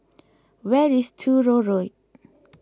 where is Truro Road